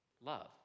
Love